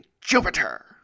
Jupiter